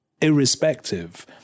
irrespective